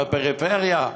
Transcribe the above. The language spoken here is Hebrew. בפריפריה?